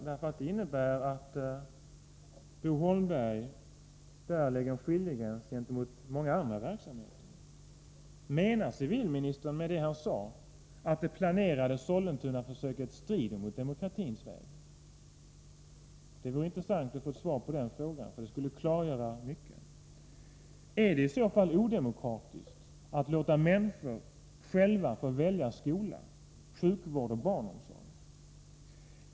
Den innebär nämligen att Bo Holmberg här drar en gräns gentemot andra verksamheter. Menar civilministern med sitt uttalande att det planerade Sollentunaförsöket strider mot det som lösts på demokratins väg? Det vore intressant att få svar på den frågan, för det skulle klargöra mycket. Är det odemokratiskt att låta människor själva välja skola, sjukvård och barnomsorg?